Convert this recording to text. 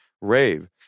rave